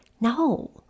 No